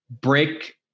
break